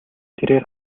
тэрээр